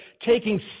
taking